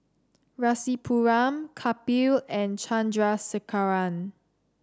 Rasipuram Kapil and Chandrasekaran